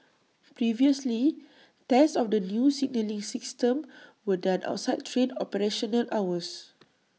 previously tests of the new signalling system were done outside train operational hours